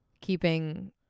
keeping